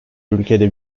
ülkede